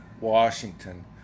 Washington